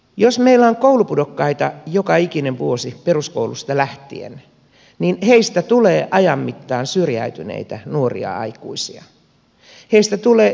jos meillä on koulupudokkaita joka ikinen vuosi peruskoulusta lähtien niin heistä tulee ajan mittaan syrjäytyneitä nuoria aikuisia heistä tulee tulevaisuudettomia aikuisia